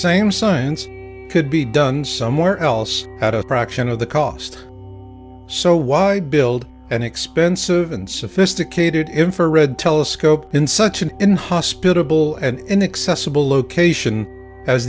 same science could be done somewhere else at a fraction of the cost so why build an expensive and sophisticated infrared telescope in such an inhospitable and inaccessible location as